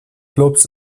flops